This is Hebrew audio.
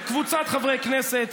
קבוצת חברי כנסת.